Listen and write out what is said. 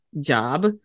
job